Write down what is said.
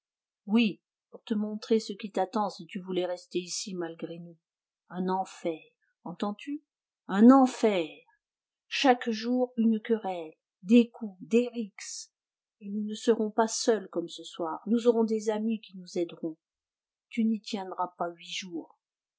oui pour te montrer ce qui t'attend si tu voulais rester ici malgré nous un enfer entends-tu un enfer chaque jour une querelle des coups des rixes et nous ne serons pas seuls comme ce soir nous aurons des amis qui nous aideront tu n'y tiendras pas huit jours